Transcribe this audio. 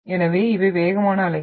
எனவே இவை வேகமான அலைகள்